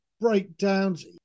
breakdowns